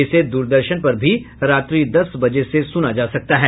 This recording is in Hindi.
इसे दूरदर्शन पर भी रात्रि दस बजे से सुना जा सकता है